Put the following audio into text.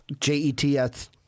J-E-T-S